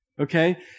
okay